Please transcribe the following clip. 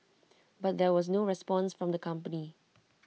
but there was no response from the company